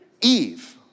Eve